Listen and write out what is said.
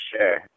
sure